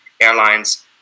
airlines